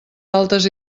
altes